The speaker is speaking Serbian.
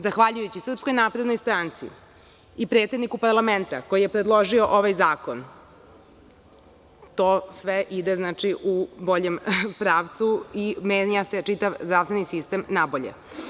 Zahvaljujući SNS i predsedniku parlamenta koji je predložio ovaj zakon to sve ide u boljem pravcu i menja se čitav zdravstveni sistem na bolje.